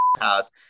house